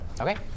Okay